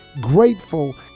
grateful